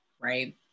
right